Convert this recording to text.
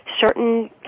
certain